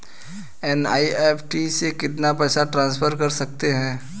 NEFT से कितना पैसा ट्रांसफर कर सकते हैं?